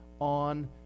on